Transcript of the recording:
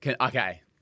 Okay